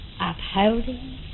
upholding